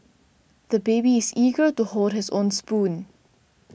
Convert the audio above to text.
the baby is eager to hold his own spoon